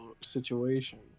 situation